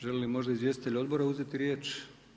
Želi li možda izvjestitelj odbora uzeti riječ?